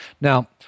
Now